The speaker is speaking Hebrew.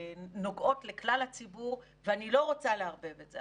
נוגעות לכלל הציבור ואני לא רוצה לערבב את זה,